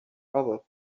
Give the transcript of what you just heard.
other